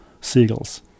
seagulls